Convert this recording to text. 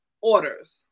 orders